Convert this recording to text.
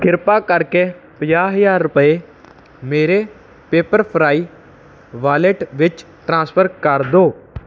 ਕਿਰਪਾ ਕਰਕੇ ਪੰਜਾਹ ਹਜ਼ਾਰ ਰੁਪਏ ਮੇਰੇ ਪੇਪਰਫ੍ਰਾਈ ਵਾਲੇਟ ਵਿੱਚ ਟ੍ਰਾਂਸਫਰ ਕਰ ਦਿਓ